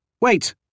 Wait